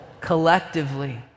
collectively